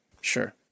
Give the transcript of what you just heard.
Sure